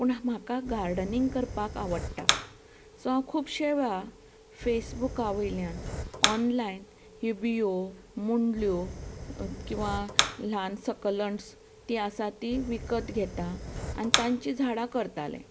पूण म्हाका गार्डनींग करपाक आवडटा सो हांव खुबश्या वेळा फेसबुका वयल्यान ऑनलायन ह्यो बियों मुंडल्यो किंवां ल्हान सकलंटस तीं आसात तीं विकत घेता आनी तांची झाडां करताले